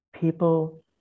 people